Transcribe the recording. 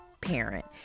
parent